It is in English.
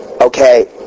Okay